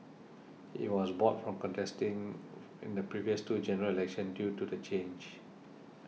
he was barred from contesting in the previous two General Elections due to the charge